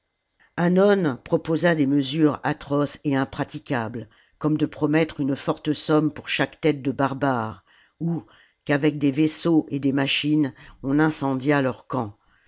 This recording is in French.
hannon proposa des mesures atroces et impraticables comme de promettre une forte somme pour chaque tête de barbare ou qu'avec des vaisseaux et des machines on incendiât leur camp